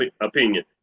opinion